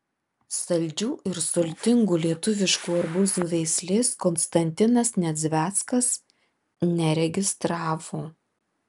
saldžių ir sultingų lietuviškų arbūzų veislės konstantinas nedzveckas neregistravo